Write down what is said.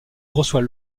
reçoit